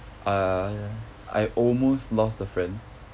err I almost lost a friend